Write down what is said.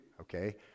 okay